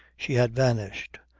she had vanished,